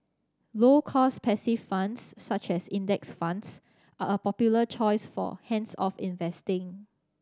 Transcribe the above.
low cost passive funds such as Index Funds are a popular choice for hands off investing